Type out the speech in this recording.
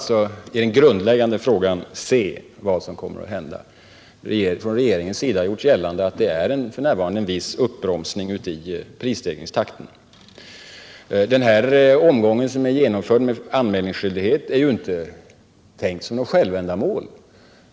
När det gäller den grundläggande frågan får vi således avvakta och se vad som kommer att hända. Vi har från regeringens sida gjort gällande att det f. n. ären viss uppbromsning i prisstegringstakten. Den omgång med anmälningsskyldighet som är genomförd är ju inte tänkt som något självändamål.